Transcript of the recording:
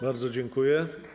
Bardzo dziękuję.